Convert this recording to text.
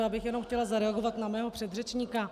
Já bych jenom chtěla zareagovat na svého předřečníka.